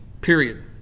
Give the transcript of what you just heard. Period